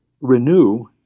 renew